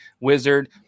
Wizard